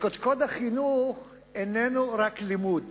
וקודקוד החינוך איננו רק לימוד,